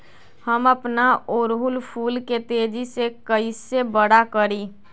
हम अपना ओरहूल फूल के तेजी से कई से बड़ा करी?